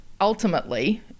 ultimately